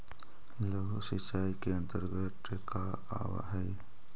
लघु सिंचाई के अंतर्गत का आव हइ?